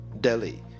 Delhi